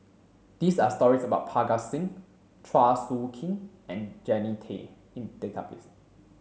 these are stories about Parga Singh Chua Soo Khim and Jannie Tay in the database